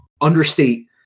understate